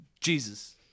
Jesus